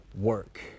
work